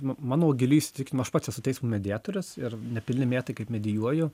ma mano giliu įsitikinimu aš pats esu teismo mediatorius ir nepilni metai kaip medituoju